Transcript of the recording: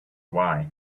why